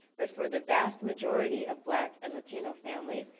but for the vast majority of black and latino families,